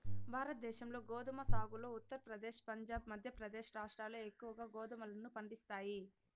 భారతదేశంలో గోధుమ సాగులో ఉత్తరప్రదేశ్, పంజాబ్, మధ్యప్రదేశ్ రాష్ట్రాలు ఎక్కువగా గోధుమలను పండిస్తాయి